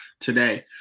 today